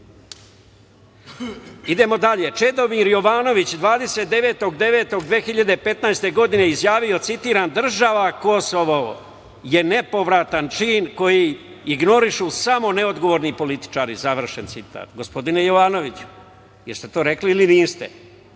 Čanak? Idemo dalje, Čedomir Jovanović, 29.9.2015. godine izjavio je, citiram: "Država Kosovo je nepovratan čin koji ignorišu samo neodgovorni političari". Završen citat. Gospodine Jovanoviću, da li ste to rekli ili niste?